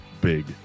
big